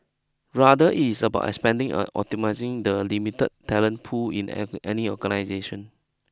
rather it is about expanding and optimising the limited talent pool in egg any organisation